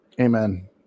Amen